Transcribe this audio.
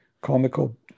comical